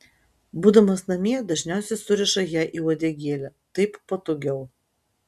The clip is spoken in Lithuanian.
būdamas namie dažniausiai suriša ją į uodegėlę taip patogiau